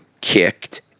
kicked